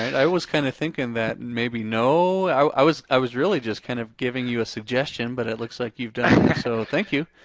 i was kind of thinking that maybe no. i was was really just kind of giving you a suggestion, but it looks like you've done that so thank you.